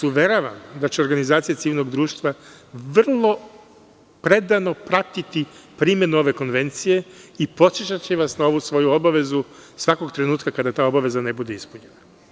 Uveravam vas da će organizacija civilnog društva vrlo predano pratiti primenu ove konvencije i podsećaće vas na ovu svoju obavezu svakog trenutka kada ta obaveza ne bude ispunjena.